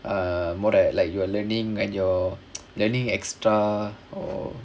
err more than like you are learning and you're learning extra or